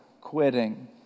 quitting